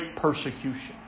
persecution